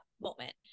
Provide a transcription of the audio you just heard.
moment